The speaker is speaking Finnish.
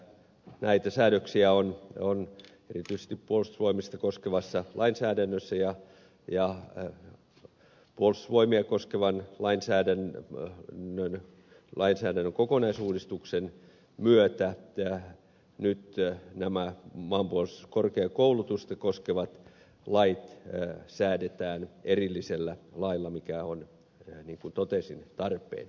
näitä säädöksiä on erityisesti puolustusvoimia koskevassa lainsäädännössä ja puolustusvoimia koskevan lainsäädännön kokonaisuudistuksen myötä nyt nämä maanpuolustuskorkeakoulutusta koskevat lait säädetään erillisellä lailla mikä on niin kuin totesin tarpeen